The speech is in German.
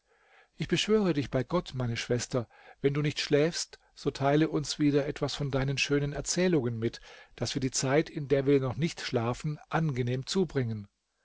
ich beschwöre dich bei gott meine schwester wenn du nicht schläfst so teile uns wieder etwas von deinen schönen erzählungen mit daß wir die zeit in der wir doch nicht schlafen angenehm zubringen